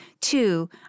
two